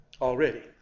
already